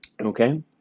okay